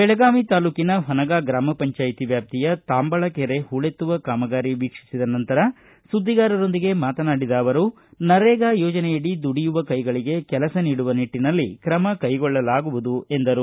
ಬೆಳಗಾವಿ ತಾಲೂಕಿನ ಹೊನಗಾ ಗ್ರಾಮ ಪಂಚಾಯ್ತಿ ವ್ಯಾಪ್ತಿಯ ತಾಂಬಳ ಕೆರೆ ಹೂಳೆತ್ತುವ ಕಾಮಗಾರಿ ವೀಕ್ಷಿಸಿದ ನಂತರ ಸುದ್ವಿಗಾರರೊಂದಿಗೆ ಮಾತನಾಡಿದ ಅವರು ನರೇಗಾ ಯೋಜನೆಯಡಿ ದುಡಿಯುವ ಕೈಗಳಿಗೆ ಕೆಲಸ ನೀಡುವ ನಿಟ್ಟನಲ್ಲಿ ಕ್ರಮ ಕೈಗೊಳ್ಳಲಾಗುವುದು ಎಂದರು